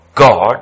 God